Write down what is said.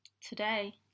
Today